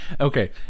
Okay